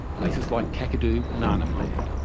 places like kakadu and arnhem land.